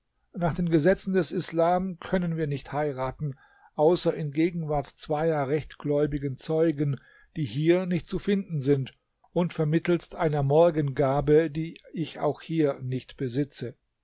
nach den gesetzen des islams können wir nicht heiraten außer in gegenwart zweier rechtgläubigen zeugen die hier nicht zu finden sind und vermittelst einer morgengabe die ich auch hier nicht besitze